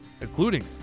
including